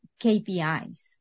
KPIs